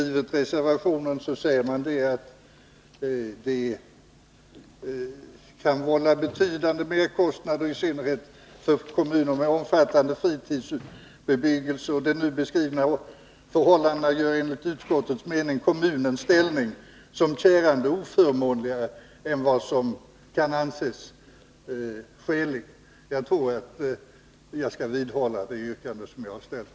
I reservationen skriver man att upprätthållandet av huvudregeln kan ”vålla betydande merkostnader i synnerhet för kommuner med omfattande fritidshusbebyggelse”. Och vidare: ”De nu beskrivna förhållandena gör enligt utskottets mening kommunens ställning som kärande oförmånligare än som kan anses skäligt.” Jag tror att jag skall vidhålla det yrkande jag har ställt.